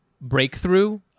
breakthrough